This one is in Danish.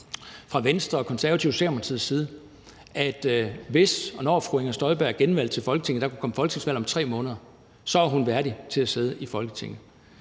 fra Venstre, De Konservative og Socialdemokratiets side skriver, at hvis og når fru Inger Støjberg genvælges til Folketinget – der kunne komme folketingsvalg om 3 måneder – er hun værdig til at sidde i Folketinget,